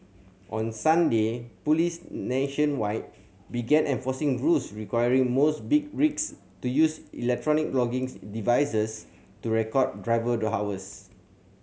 on Sunday police nationwide began enforcing rules requiring most big rigs to use electronic logging's devices to record driver the hours